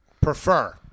Prefer